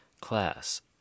Class